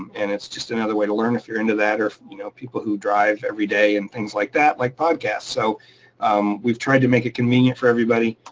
and it's just another way to learn if you're into that, or if you know people who drive every day and things like that like podcasts. so we've tried to make it convenient for everybody.